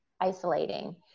isolating